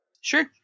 Sure